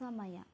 ಸಮಯ